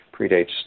predates